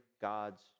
God's